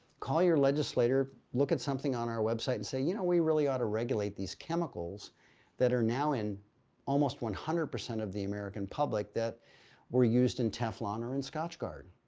call your legislator, look at something on our website and say you know we really ought to regulate these chemicals that are now in almost one hundred percent of the american public that were used in teflon or in scotchgard